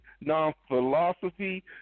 non-philosophy